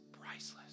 priceless